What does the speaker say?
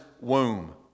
womb